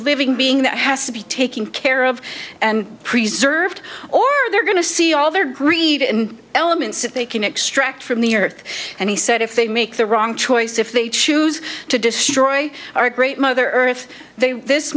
living being that has to be taken care of and preserved or are there going to see all their greed and elements if they can extract from the earth and he said if they make the wrong choice if they choose to destroy our great mother earth they this